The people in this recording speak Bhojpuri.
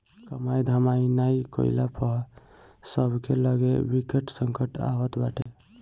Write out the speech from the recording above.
कमाई धमाई नाइ कईला पअ सबके लगे वित्तीय संकट आवत बाटे